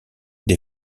des